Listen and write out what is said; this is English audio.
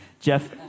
Jeff